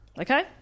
okay